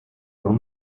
con